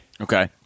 Okay